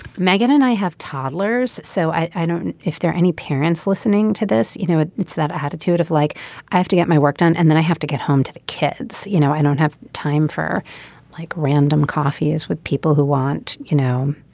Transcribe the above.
meghan and i have toddlers. so i i don't know if there are any parents listening to this. you know it's that attitude of like i have to get my work done and then i have to get home to the kids. you know i don't have time for like random coffees with people who want you know